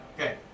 Okay